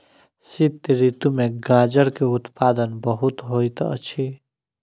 शीत ऋतू में गाजर के उत्पादन बहुत होइत अछि